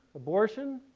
abortion,